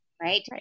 right